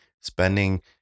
spending